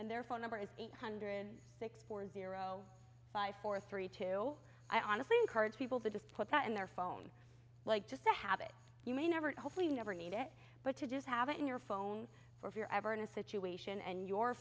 and their phone number is eight hundred six four zero five four three two i honestly encourage people to just put that in their phone like just a habit you may never hopefully never need it but to just have it in your phone for if you're ever in a situation and your